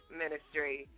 ministry